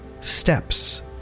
steps